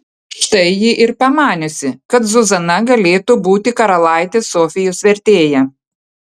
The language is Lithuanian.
štai ji ir pamaniusi kad zuzana galėtų būti karalaitės sofijos vertėja